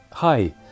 Hi